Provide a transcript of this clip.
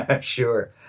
Sure